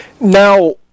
Now